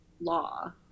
law